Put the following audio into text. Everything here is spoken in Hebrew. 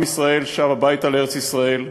עם ישראל שב הביתה לארץ-ישראל,